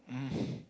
um